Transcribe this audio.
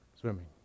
swimming